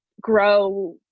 grow